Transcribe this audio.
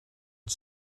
het